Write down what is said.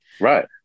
Right